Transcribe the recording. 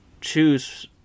choose